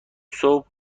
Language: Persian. صبح